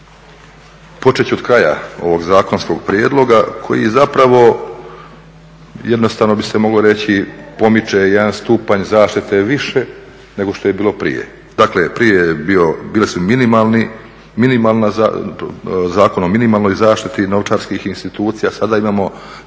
Početi ću od kraja ovog zakonskog prijedloga koji zapravo jednostavno bi se moglo reći pomiče jedan stupanj zaštite više nego što je bilo prije. Dakle prije je bio Zakon o minimalnoj zaštiti novčarskih institucija, sada imamo